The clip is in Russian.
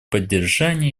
поддержания